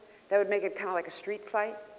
that would make it kind of like a street fight.